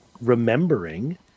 remembering